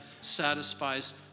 satisfies